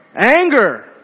Anger